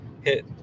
hit